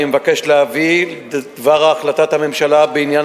אני מבקש להביא את דבר החלטת הממשלה בעניין